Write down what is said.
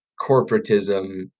corporatism